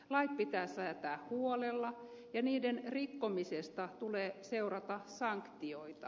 lait pitää säätää huolella ja niiden rikkomisesta tulee seurata sanktioita